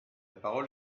parole